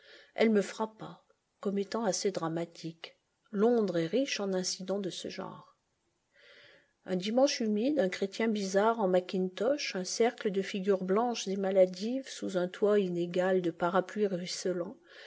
elle me frappa comme étant assez dramatique londres est riche en incidents de ce genre un dimanche humide un chrétien bizarre en mackintosh un cercle de figures blanches et maladives sous un toit inégal de parapluies ruisselants